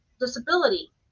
disability